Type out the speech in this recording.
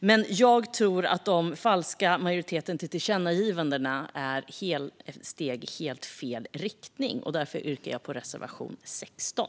Men jag tror att den falska majoriteten bakom förslagen till tillkännagivanden tagit ett steg i helt fel riktning. Därför yrkar jag bifall till reservation 16.